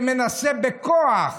שמנסה בכוח